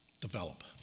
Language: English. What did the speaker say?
develop